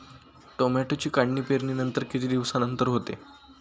टोमॅटोची काढणी पेरणीनंतर किती दिवसांनंतर होते?